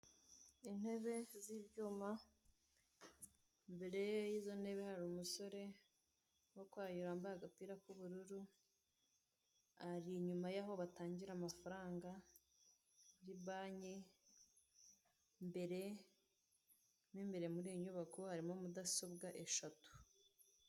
Intebe z'ibyuma, imbere yizo ntebe hari umusore urimo kwayura wambaye agapira k'ubururu ari inyuma yaho batangira amafaranga muri banke, imbere mo imbere muri iyo nyubako harimo mudasobwa eshatu.